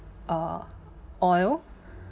uh oil